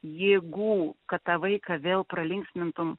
jėgų kad tą vaiką vėl pralinksmintum